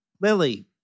Lily